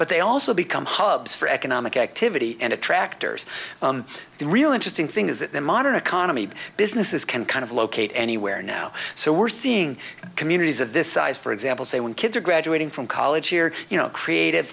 but they also become hobbs for economic activity and attractors the real interesting thing is that in modern economy businesses can kind of locate anywhere now so we're seeing communities of this size for example say when kids are graduating from college here you know creative